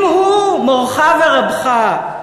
אם הוא מורך ורבך,